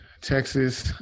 Texas